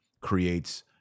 creates